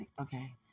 okay